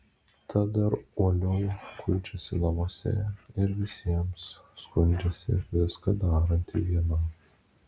tad dar uoliau kuičiasi namuose ir visiems skundžiasi viską daranti viena